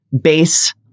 base